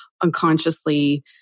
unconsciously